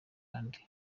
ahandi